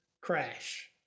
crash